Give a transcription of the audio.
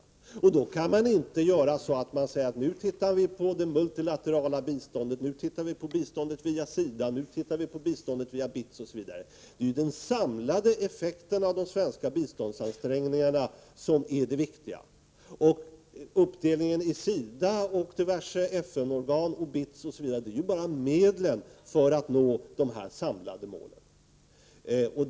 Då kan vi inte bara säga: Nu tittar vi på det multilaterala biståndet, och nu tittar vi på biståndet via SIDA eller BITS osv. Det är den samlade effekten av de svenska biståndsansträngningarna 13 som är det viktiga. Uppdelningen till SIDA, diverse FN-organ, BITS osv. är bara medlen för att nå det samlade målet.